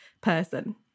person